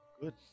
Good